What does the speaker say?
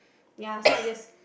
ya so I just